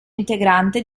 integrante